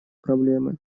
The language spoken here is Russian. проблемы